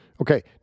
Okay